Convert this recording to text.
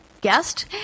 Guest